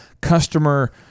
customer